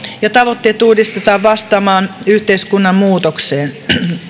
ja tavoitteet uudistetaan vastaamaan yhteiskunnan muutokseen